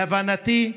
להבנתי,